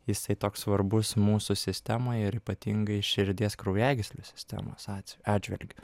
jisai toks svarbus mūsų sistemoje ir ypatingai širdies kraujagyslių sistemos atveju atžvilgiu